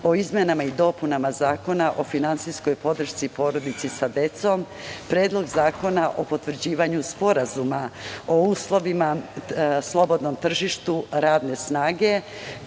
o izmenama i dopunama Zakona o finansijskoj podršci porodici sa decom, Predlog zakona o potvrđivanju Sporazuma o uslovima slobodnom tržištu, radne snage,